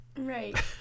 Right